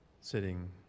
sitting